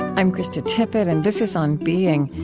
i'm krista tippett, and this is on being.